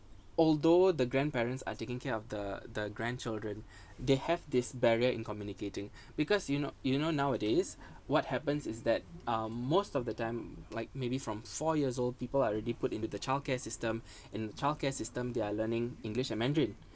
although the grandparents are taking care of the the grandchildren they have this barrier in communicating because you know you know nowadays what happens is that um most of the time like maybe from four years old people are already put into the childcare system and childcare system they're learning english and mandarin